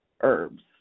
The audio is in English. herbs